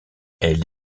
elle